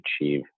achieve